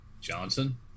Johnson